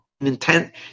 intent